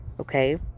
okay